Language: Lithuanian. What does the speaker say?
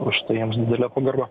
už tai jiems didelė pagarba